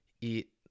eat